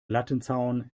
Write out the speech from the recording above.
lattenzaun